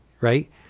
right